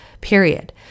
period